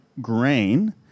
grain